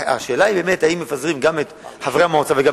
השאלה היא אם מפזרים גם את חברי המועצה וגם